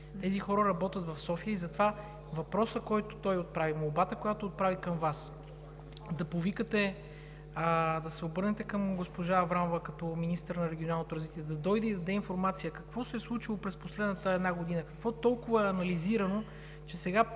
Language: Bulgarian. Тези хора работят в София и затова въпросът и молбата, които той отправи към Вас: да повикате, да се обърнете към госпожа Аврамова като министър на регионалното развитие, да дойде и да даде информация какво се е случило през последната една година? Какво толкова е анализирано, че сега